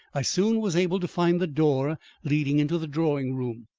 i soon was able to find the door leading into the drawing-room.